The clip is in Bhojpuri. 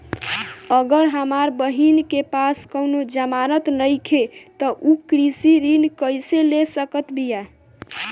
अगर हमार बहिन के पास कउनों जमानत नइखें त उ कृषि ऋण कइसे ले सकत बिया?